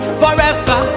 forever